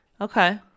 Okay